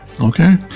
Okay